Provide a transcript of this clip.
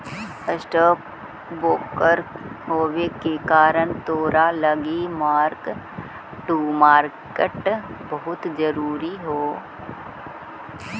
stock broker होबे के कारण तोरा लागी मार्क टू मार्केट बहुत जरूरी हो